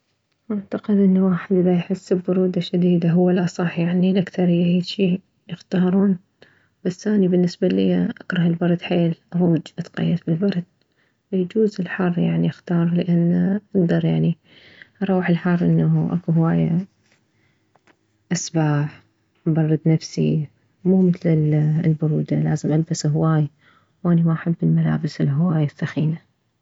اعتقد انه واحد اذا يحس ببرودة شديدة هو الاصح يعني الاكثرية هيجي يختارون بس اني بالنسبة الي اكره البرد حيل اضوج اتقيد بالبرد فيجوز الحر يعني اختار لان اكدر يعني اروح الحر انه اكو هواية اسبح ابرد نفسي مو مثل البرودة لازم البس هواي واني ما احب الملابس الهواي ثخينة